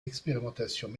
expérimentations